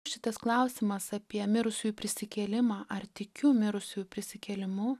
šitas klausimas apie mirusiųjų prisikėlimą ar tikiu mirusiųjų prisikėlimu